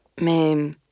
Mais